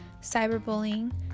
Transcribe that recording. cyberbullying